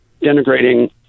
denigrating